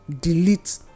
Delete